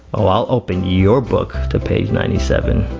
well i'll open your book to page ninety seven.